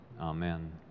Amen